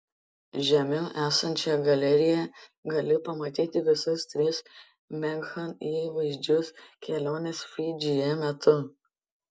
žemiau esančioje galerijoje gali pamatyti visus tris meghan įvaizdžius kelionės fidžyje metu